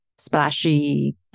splashy